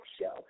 show